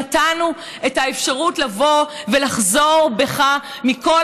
נתנו לך את האפשרות לבוא ולחזור בך מכל